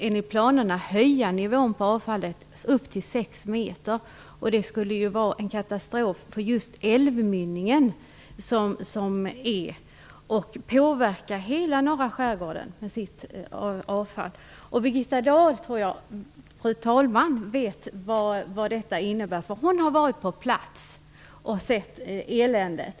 Enligt planerna skulle i så fall nivån på avfallet höjas upp till 6 m. Det skulle ju vara en katastrof för befintlig älvmynning. Tippen med sitt avfall skulle påverka hela norra skärgården. Birgitta Dahl, fru talman, vet vad detta innebär. Hon har nämligen varit på plats och sett eländet.